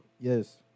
Yes